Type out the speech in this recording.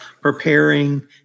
preparing